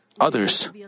others